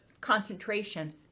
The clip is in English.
concentration